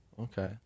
Okay